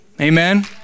Amen